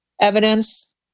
evidence